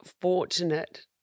fortunate